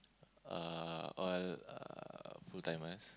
are all uh full timers